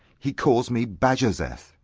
he calls me bajazeth,